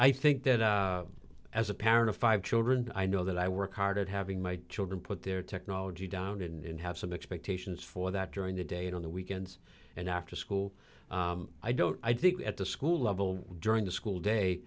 i think that as a parent of five children i know that i work hard at having my children put their technology down in have some expectations for that during the day and on the weekends and after school i don't i think at the school level during the school day